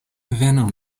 venu